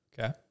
Okay